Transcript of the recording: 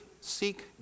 seek